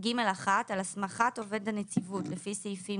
"(ג1) על הסמכת עובד הנציבות לפי סעיפים